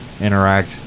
interact